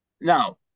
Now